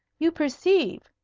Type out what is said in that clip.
you perceive,